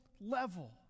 level